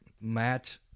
Matt